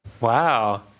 Wow